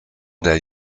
der